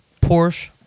Porsche